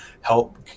help